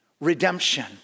redemption